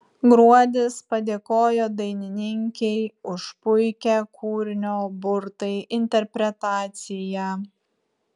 gruodis padėkojo dainininkei už puikią kūrinio burtai interpretaciją